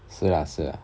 是 lah 是 lah